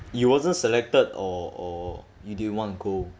you wasn't selected or or you didn't want to go